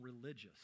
religious